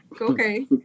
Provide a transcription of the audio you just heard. okay